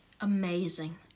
Amazing